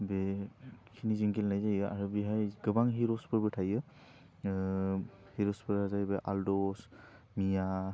बेखिनि जों गेलेनाय जायो आरो बेहाय गोबां हिर'सफोरबो थायो ओह हिर'सफोरा जाहैबाय आलदस मिया